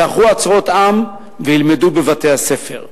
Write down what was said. ייערכו עצרות עם וילמדו בבתי-הספר.